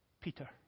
Peter